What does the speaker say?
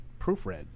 proofread